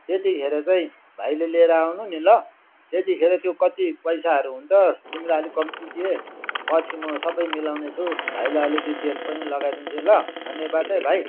त्यतिखेर चाहिँ भाइले लिएर आउनु नि ल त्यतिखेर त्यो कति पैसाहरू हुन्छ तिमीलाई अलिक कम्ती दिए पछि म सबै मिलाउनेछु भाइलाई अलिअलि तेल पनि लगाइदिन्छु ल धन्यवाद है भाइ